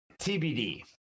TBD